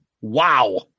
Wow